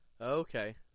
Okay